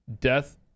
Death